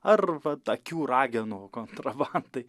ar vat akių ragenų kontrabandai